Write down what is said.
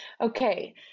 okay